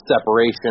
separation